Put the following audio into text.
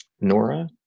Nora